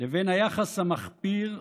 לבין היחס המחפיר,